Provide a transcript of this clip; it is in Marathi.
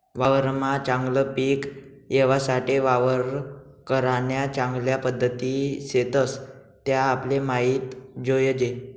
वावरमा चागलं पिक येवासाठे वावर करान्या चांगल्या पध्दती शेतस त्या आपले माहित जोयजे